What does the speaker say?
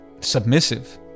submissive